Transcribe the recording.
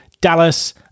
Dallas